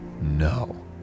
No